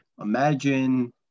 imagine